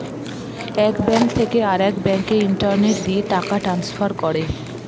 এক ব্যাঙ্ক থেকে আরেক ব্যাঙ্কে ইন্টারনেট দিয়ে টাকা ট্রান্সফার করে